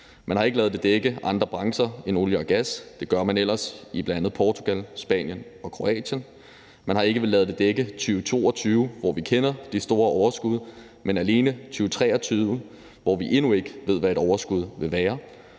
Man har ikke ladet det dække andre brancher end olie og gas; det gør man ellers i bl.a. Portugal, Spanien og Kroatien. Man har ikke ladet det dække 2022, hvor vi kender de store overskud, men alene 2023, hvor vi endnu ikke ved hvad et overskud vil være,